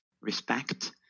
respect